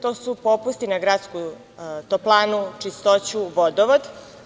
To su popusti na gradsku toplanu, čistoću, vodovod.